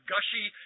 Gushy